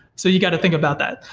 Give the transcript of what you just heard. so you got to think about that.